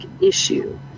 issue